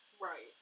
Right